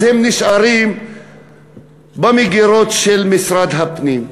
אז הן נשארות במגירות של משרד הפנים.